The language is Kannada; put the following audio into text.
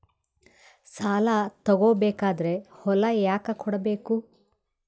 ಸಾಲ ತಗೋ ಬೇಕಾದ್ರೆ ಹೊಲ ಯಾಕ ಕೊಡಬೇಕು?